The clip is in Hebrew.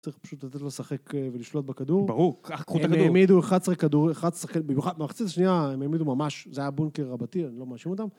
צריך פשוט לתת לה לשחק ולשלוט בכדור. ברור, אחר כך קחו את הכדור. הם העמידו אחד עשרה כדור, אחד עשרה שחק... במיוחד, במחצי השנייה הם העמידו ממש... זה היה בונקר רבתי, אני לא מאשים אותם.